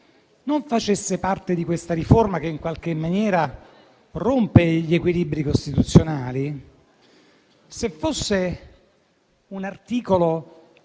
non facesse parte di questa riforma, che in qualche maniera rompe gli equilibri costituzionali; se fosse un articolo